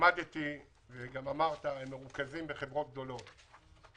למדתי, וגם אמרת, שהם מרוכזים בחברות גדולות.